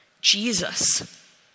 Jesus